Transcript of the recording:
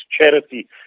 charity